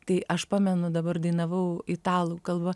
tai aš pamenu dabar dainavau italų kalba